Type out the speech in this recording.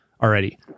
already